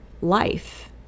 life